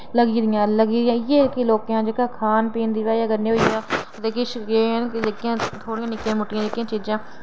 लग्गी दियां लग्गी दियां इ'यै कि लोकें दा खान पीन दी बजह कन्नै होइया ते किश गे न जेह्कियां निक्कियां मुट्टियां चीज़ां